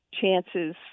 chances